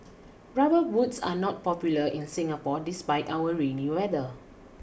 rubber boots are not popular in Singapore despite our rainy weather